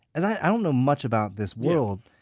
and i don't know much about this world,